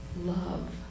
love